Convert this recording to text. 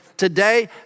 Today